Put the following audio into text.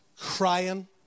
crying